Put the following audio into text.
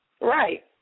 Right